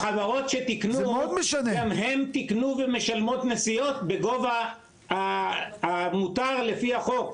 החברות שתיקנו גם הן תיקנו ומשלמות נסיעות בגובה המותר לפי החוק.